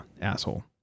asshole